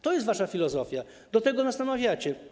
To jest wasza filozofia, do tego nas namawiacie.